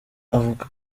avuga